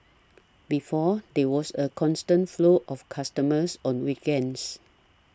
before there was a constant flow of customers on weekends